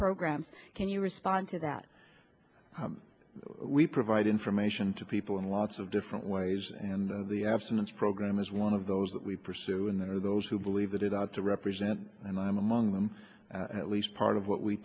programs can you respond to that we provide information to people in lots of different ways and the abstinence program is one of those that we pursue and there are those who believe that it ought to represent and i'm among them at least part of what we